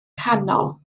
canol